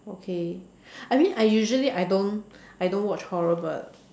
okay I mean I usually I don't I don't watch horror but